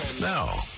Now